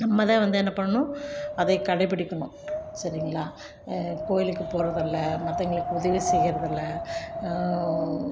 நம்ம தான் வந்து என்ன பண்ணணும் அதை கடைப்பிடிக்கணும் சரிங்களா கோயிலுக்கு போகிறதுல்ல மத்தவங்களுக்கு உதவி செய்கிறதுல்ல